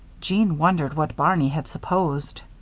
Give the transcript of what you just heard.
jeanne wondered what barney had supposed.